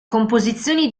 composizioni